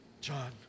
John